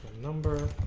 number